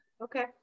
Okay